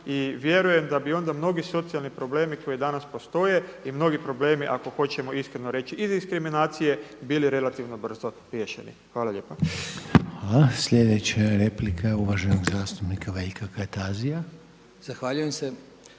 i vjerujem da bi onda mnogi socijalne problemi koji danas postoje i mnogi problemi ako hoćemo iskreno reći iz diskriminacije bili relativno brzo riješeni. Hvala. **Reiner, Željko (HDZ)** Sljedeća replika je uvaženog zastupnika Veljka Kajtazija. **Kajtazi,